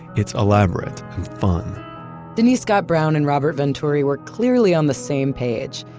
it's elaborate and fun denise scott brown and robert venturi were clearly on the same page.